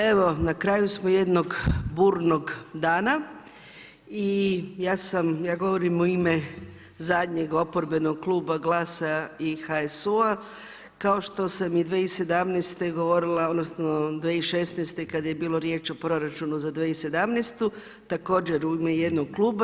Evo, na kraju smo jednog burnog dana i ja sam, ja govorim u ime zadnjeg oporbenog kluba GLAS-a i HSU-a, kao što sam i 2017. govorila, odnosno 2016. kada je bilo riječ o proračunu za 2017. također u ime jednog kluba.